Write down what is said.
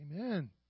Amen